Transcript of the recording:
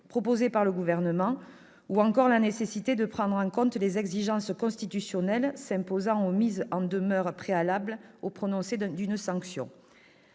proposée par le Gouvernement, ou encore la nécessité de prendre en compte les exigences constitutionnelles s'imposant aux mises en demeure préalables au prononcé d'une sanction.